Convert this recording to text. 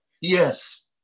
Yes